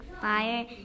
fire